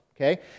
okay